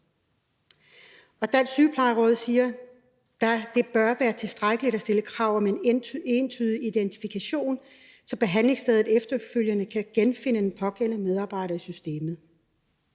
Dansk Sygeplejeråd siger, at det bør være tilstrækkeligt at stille krav om en entydig identifikation, så behandlingsstedet efterfølgende kan genfinde den pågældende medarbejder i systemet.